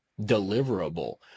deliverable